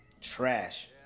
Trash